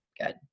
good